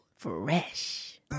Fresh